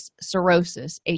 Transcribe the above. cirrhosis